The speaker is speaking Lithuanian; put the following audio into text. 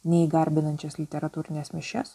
nei į garbinančias literatūrines mišias